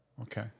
okay